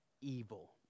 evil